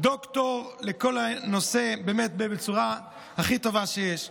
דוקטור לכל הנושא בצורה הכי טובה שיש.